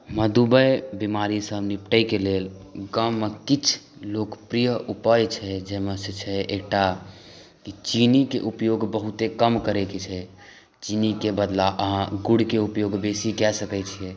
मधुमेह बीमारीसँ निपटयके लेल गाममे किछु लोकप्रिय उपाय छै जाहिमे छै एकटा चीनीके उपयोग बहुते कम करैक छै चीनीक बदला अहाँ गुड़के उपयोग बेसी कऽ सकै छियै